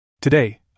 Today